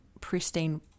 pristine